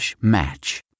match